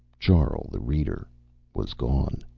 charl the reader was gone.